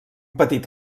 petit